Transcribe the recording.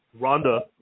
Rhonda